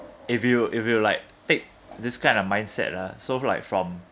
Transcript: if you if you like take this kind of mindset lah so like from